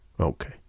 Okay